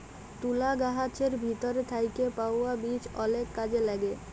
তুলা গাহাচের ভিতর থ্যাইকে পাউয়া বীজ অলেক কাজে ল্যাগে